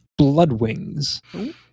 Bloodwings